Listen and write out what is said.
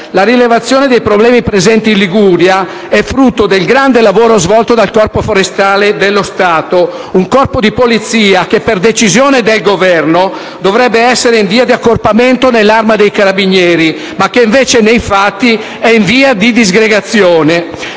la rilevazione dei problemi presenti in Liguria è frutto del grande lavoro svolto dal Corpo forestale dello Stato, un Corpo di polizia che, per decisione del Governo, dovrebbe essere in via di accorpamento nell'Arma dei carabinieri, ma che invece nei fatti è in via di disgregazione.